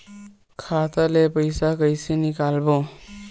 खाता ले पईसा कइसे निकालबो?